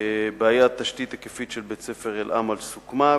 בעיית התשתית ההיקפית של בית-הספר "אל-אמל" סוכמה,